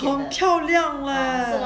好漂亮 eh